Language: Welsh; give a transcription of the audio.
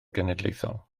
genedlaethol